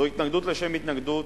זו התנגדות לשם התנגדות,